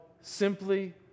simply